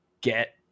get